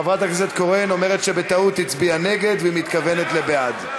חברת הכנסת קורן אומרת שבטעות הצביעה נגד והיא מתכוונת לבעד.